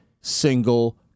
single